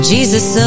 Jesus